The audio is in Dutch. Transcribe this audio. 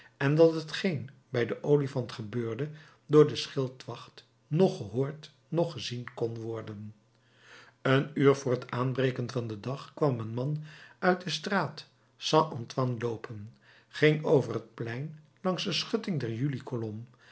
en dat hetgeen bij den olifant gebeurde door de schildwacht noch gehoord noch gezien kon worden een uur voor het aanbreken van den dag kwam een man uit de straat st antoine loopen ging over het plein langs de schutting der